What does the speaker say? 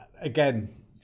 Again